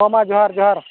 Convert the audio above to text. ᱦᱳᱭ ᱢᱟ ᱡᱚᱦᱟᱨ ᱡᱚᱦᱟᱨ